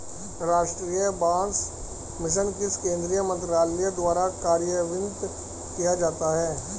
राष्ट्रीय बांस मिशन किस केंद्रीय मंत्रालय द्वारा कार्यान्वित किया जाता है?